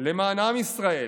למען עם ישראל,